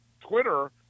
Twitter